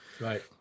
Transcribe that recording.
Right